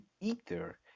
Ether